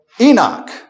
Enoch